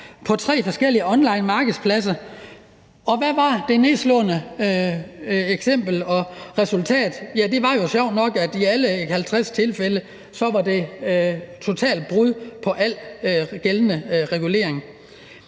på tre forskellige online-markedspladser, og hvad var det nedslående resultat? Ja, det var jo sjovt nok, at der i alle 50 tilfælde var tale om totalt brud på al gældende regulering.